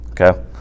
Okay